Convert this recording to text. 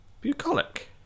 Bucolic